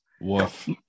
Woof